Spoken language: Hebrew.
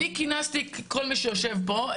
אני כינסתי את כל מי שיושב פה,